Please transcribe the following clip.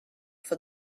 for